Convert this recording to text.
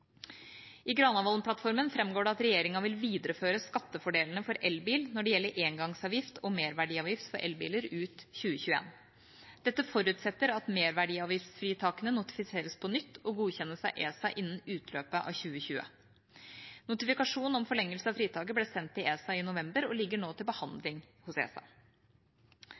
I Granavolden-plattformen framgår det at regjeringa vil videreføre skattefordelene for elbil når det gjelder engangsavgift og merverdiavgift for elbiler ut 2021. Dette forutsetter at merverdiavgiftsfritakene notifiseres på nytt og godkjennes av ESA innen utløpet av 2020. Notifikasjon om forlengelse av fritaket ble sendt til ESA i november og ligger nå til behandling hos ESA.